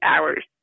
hours